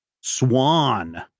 swan